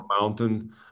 mountain